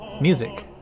music